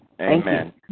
Amen